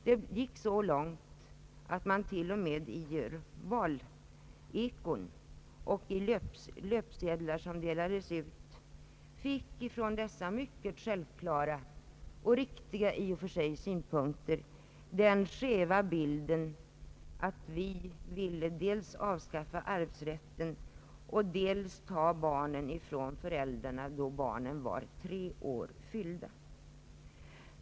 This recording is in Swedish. Det gick så långt att man till och med i valekon och på löpsedlar som delades ut fick, trots att synpunkterna i och för sig var självklara och riktiga, den skeva föreställningen att vi dels ville avskaffa arvsrätten, dels ta barnen från föräldrarna, när barnen fyllt tre år.